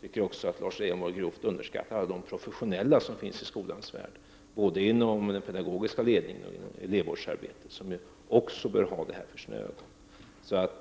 Jag tycker också att Lars Leijonborg grovt underskattar alla professionella människor som finns inom skolans värld, både inom den pedagogiska ledningen och inom elevvårdsarbetet, vilka också bör ha detta för sina ögon.